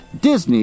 Disney